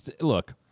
Look